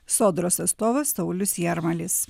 sodros atstovas saulius jarmalis